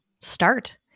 start